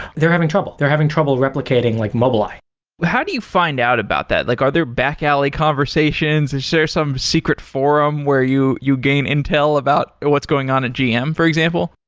they're having trouble. they're having trouble replicating like mobileye how do you find out about that? like are there back alley conversations? is there some secret forum where you you gain intel about what's going on at gm, for example?